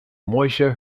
moshe